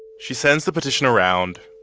she sends the petition around,